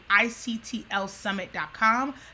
ictlsummit.com